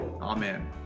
Amen